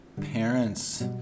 parents